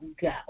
go